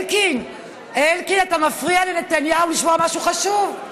אלקין, אלקין, אתה מפריע לנתניהו לשמוע משהו חשוב.